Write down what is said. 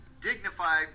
dignified